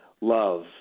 love